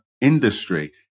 industry